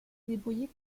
débrouiller